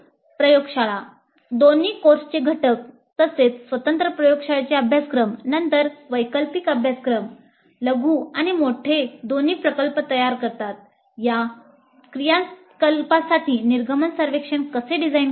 प्रयोगशाळा दोन्ही कोर्सचे घटक तसेच स्वतंत्र प्रयोगशाळेचे अभ्यासक्रम नंतर वैकल्पिक अभ्यासक्रम नंतर लघु आणि मोठे दोन्ही प्रकल्प तयार करतात या क्रियाकलापांसाठी निर्गमन सर्वेक्षण कसे डिझाइन करावे